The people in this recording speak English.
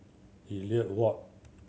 Elliot Walk